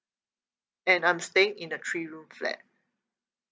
and I'm staying in a three room flat